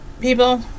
people